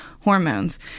hormones